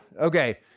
okay